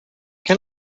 can